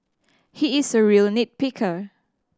he is a real nit picker